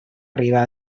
riba